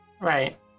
Right